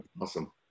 Awesome